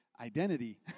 identity